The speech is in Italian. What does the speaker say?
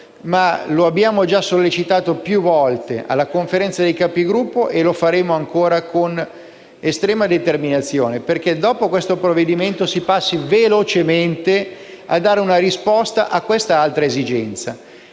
di cui abbiamo già sollecitato più volte la discussione in sede di Conferenza dei Capigruppo, e lo faremo ancora con estrema determinazione, perché dopo questo provvedimento si passi velocemente a dare risposta a quest'altra esigenza.